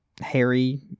harry